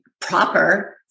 proper